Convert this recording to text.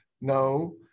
No